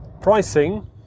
pricing